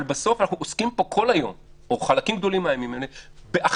אבל אנחנו עוסקים פה כל היום בחלקים גדולים מהימים האלה באכיפה,